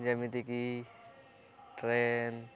ଯେମିତିକି ଟ୍ରେନ